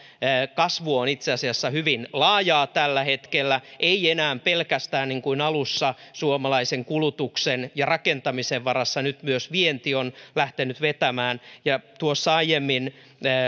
kasvu on itse asiassa hyvin laajaa tällä hetkellä ei enää pelkästään niin kuin alussa suomalaisen kulutuksen ja rakentamisen varassa vaan nyt myös vienti on lähtenyt vetämään ja tuossa aiemmin